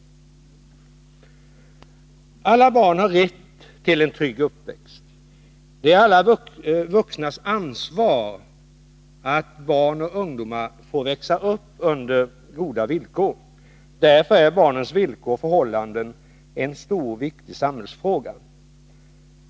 Alla barn har rätt till en trygg uppväxt. Det är alla vuxnas ansvar att barn och ungdomar får växa upp under goda villkor. Därför är barnens villkor och förhållanden en stor och viktig samhällsfråga.